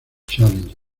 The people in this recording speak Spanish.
challenge